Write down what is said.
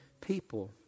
people